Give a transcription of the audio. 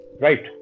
right